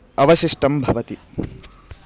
अवशिष्टा भवति